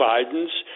Biden's